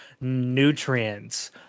nutrients